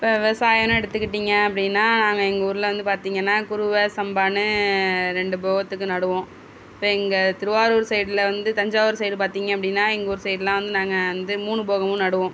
இப்போ விவசாயம்னு எடுத்துக்கிட்டிங்க அப்படின்னா நாங்கள் எங்கள் ஊரில் வந்து பார்த்திங்கனா குருவை சம்பான்னு ரெண்டு போகத்துக்கு நடுவோம் இப்போ எங்கள் திருவாரூர் சைடில் வந்து தஞ்சாவூர் சைடு பார்த்திங்க அப்படின்னா எங்கள் ஊர் சைடெலாம் வந்து நாங்கள் வந்து மூணு போகமும் நடுவோம்